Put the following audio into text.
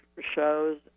shows